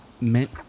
meant